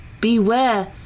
beware